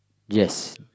yes